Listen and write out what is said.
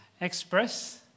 express